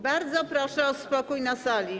Bardzo proszę o spokój na sali.